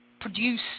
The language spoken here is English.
produce